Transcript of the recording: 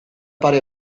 pare